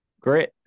great